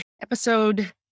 episode